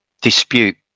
dispute